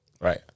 Right